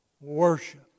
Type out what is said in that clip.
worship